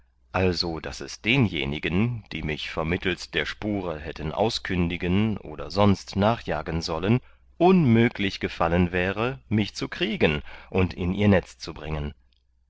also daß es denjenigen die mich vermittelst der spure hätten auskündigen oder sonst nachjagen sollen unmüglich gefallen wäre mich zu kriegen und in ihr netz zu bringen